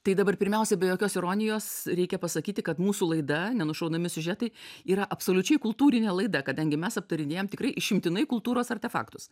tai dabar pirmiausia be jokios ironijos reikia pasakyti kad mūsų laida nenušaunami siužetai yra absoliučiai kultūrinė laida kadangi mes aptarinėjam tikrai išimtinai kultūros artefaktus